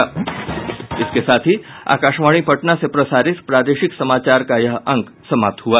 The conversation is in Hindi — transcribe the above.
इसके साथ ही आकाशवाणी पटना से प्रसारित प्रादेशिक समाचार का ये अंक समाप्त हुआ